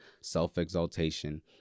self-exaltation